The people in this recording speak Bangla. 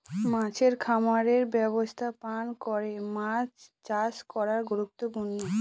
মাছের খামারের ব্যবস্থাপনা করে মাছ চাষ করা গুরুত্বপূর্ণ